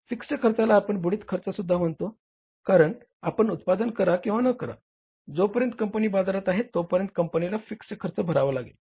fixed खर्चाला आपण बुडीत खर्चसुद्धा म्हणतो कारण आपण उत्पादन करा किंवा न करा जो पर्यंत कंपनी बाजारात आहे तो पर्यंत कंपनीला फिक्स्ड खर्च भरावा लागेल